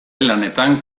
lanetan